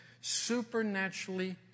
supernaturally